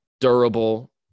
durable